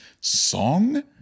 song